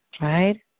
right